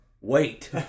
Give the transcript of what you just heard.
wait